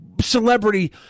celebrity